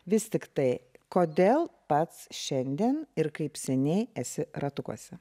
vis tiktai kodėl pats šiandien ir kaip seniai esi ratukuose